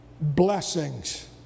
blessings